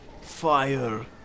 fire